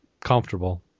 comfortable